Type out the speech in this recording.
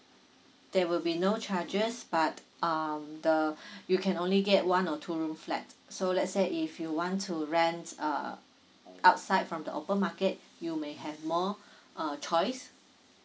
there will be no charges but um the you can only get one or two room flat so let's say if you want to rent uh outside from the open market you may have more uh choice